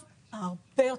הרבה.